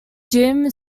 jim